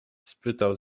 spytał